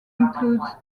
includes